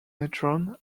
neutron